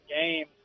Game